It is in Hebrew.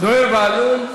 עמר בר-לב,